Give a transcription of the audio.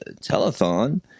Telethon